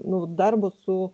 nu darbo su